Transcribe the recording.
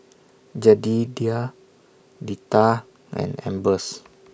Jedediah Deetta and Ambers